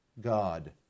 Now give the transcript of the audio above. God